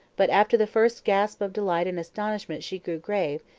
but after the first gasp of delight and astonishment she grew grave,